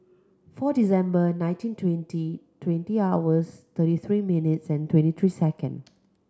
four December nineteen twenty twenty hours thirty three minutes and twenty three second